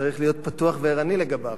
צריך להיות פתוח וערני לגביו.